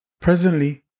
presently